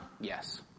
Yes